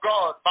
God